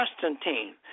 Constantine